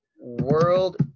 world